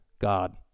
God